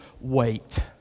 wait